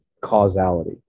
causality